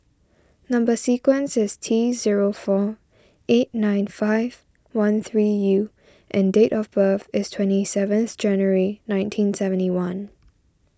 Number Sequence is T zero four eight nine five one three U and date of birth is twenty seventh January nineteen seventy one